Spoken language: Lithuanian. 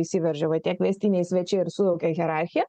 įsiveržia va tie kviestiniai svečiai ir sujaukia hierarchiją